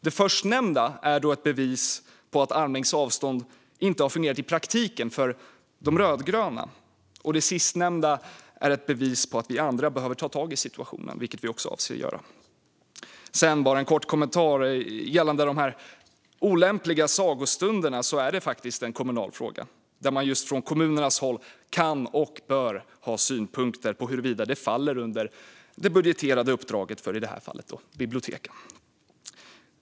Det förstnämnda är då ett bevis på att armlängds avstånd inte har fungerat i praktiken för de rödgröna, och det sistnämnda är ett bevis på att vi andra behöver ta tag i situationen, vilket vi också avser att göra. Sedan har jag bara en kort kommentar gällande de olämpliga sagostunderna. Det är faktiskt en kommunal fråga. Från kommunernas sida både kan man och bör man ha synpunkter på om detta faller under det budgeterade uppdraget för biblioteken.